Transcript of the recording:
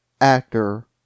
Actor